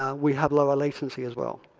ah we have lower latency as well.